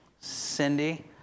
Cindy